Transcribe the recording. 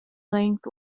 length